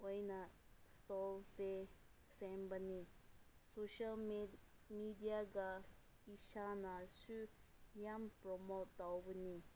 ꯑꯣꯏꯅ ꯁ꯭ꯇꯣꯜꯁꯦ ꯁꯦꯝꯕꯅꯤ ꯁꯣꯁꯦꯜ ꯃꯤꯗꯤꯌꯥꯗ ꯏꯁꯥꯅꯁꯨ ꯌꯥꯝꯅ ꯄ꯭ꯔꯣꯃꯣꯠ ꯇꯧꯕꯅꯤ